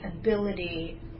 ability